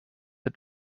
but